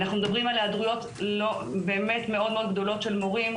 אנחנו מדברים על היעדרויות מאוד גדולות של מורים,